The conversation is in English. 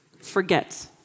forget